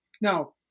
Now